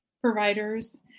providers